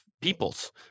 peoples